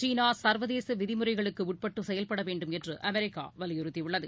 சீனாசர்வதேசவிதிமுறைகளுக்குஉட்பட்டுசெயல்டடவேண்டும் என்றுஅமெரிக்காவலியுறுத்தியுள்ளது